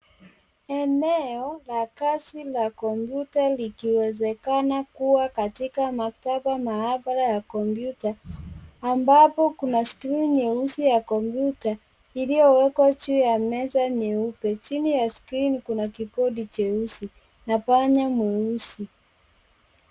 Eneo la kazi la kompyuta, likiwezekana kuwa katika maktaba, mahabara ya kompyuta, ambapo kuna skrini nyeusi ya kompyuta, iliyowekwa juu ya meza nyeupe. Chini ya skrini kuna kibodi cheusi na panya mweusi.